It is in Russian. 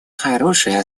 хорошей